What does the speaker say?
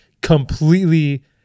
completely